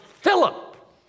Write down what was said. Philip